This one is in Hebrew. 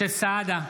משה סעדה,